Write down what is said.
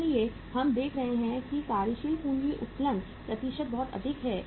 इसलिए हम देख रहे हैं कि कार्यशील पूंजी उत्तोलन प्रतिशत बहुत अधिक है